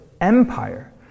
empire